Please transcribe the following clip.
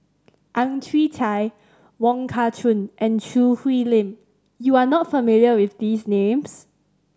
Ang Chwee Chai Wong Kah Chun and Choo Hwee Lim you are not familiar with these names